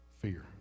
Fear